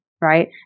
right